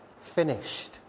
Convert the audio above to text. finished